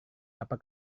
apa